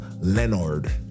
Leonard